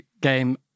game